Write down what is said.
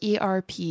ERP